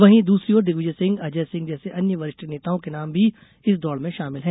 वहीं दूसरी ओर दिग्विजय सिंह अजय सिंह जैसे अन्य वरिष्ठ नेताओं के नाम भी इस दौड़ में शामिल है